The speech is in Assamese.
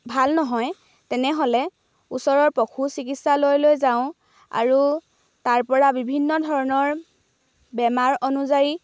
ভাল নহয় তেনেহ'লে ওচৰৰ পশু চিকিৎসালয়লৈ যাওঁ আৰু তাৰ পৰা বিভিন্ন ধৰণৰ বেমাৰ অনুযায়ী